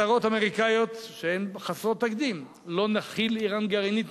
הצהרות אמריקניות שהן חסרות תקדים: "לא נכיל אירן גרעינית",